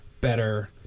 better